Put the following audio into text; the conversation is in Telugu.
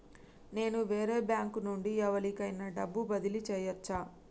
నేను వేరే బ్యాంకు నుండి ఎవలికైనా డబ్బు బదిలీ చేయచ్చా?